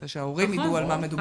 כדי שההורים ידעו על מה מדובר.